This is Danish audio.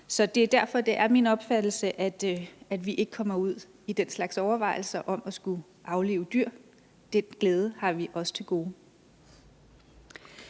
Det er derfor, det er min opfattelse, at vi ikke kommer ud i den slags overvejelser om at skulle aflive dyr; den glæde at opleve